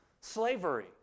slavery